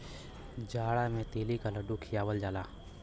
जाड़ा मे तिल्ली क लड्डू खियावल जाला